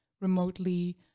remotely